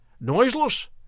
noiseless